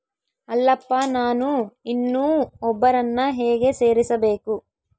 ಅಲ್ಲಪ್ಪ ನಾನು ಇನ್ನೂ ಒಬ್ಬರನ್ನ ಹೇಗೆ ಸೇರಿಸಬೇಕು?